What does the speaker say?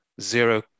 zero